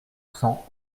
cents